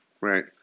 right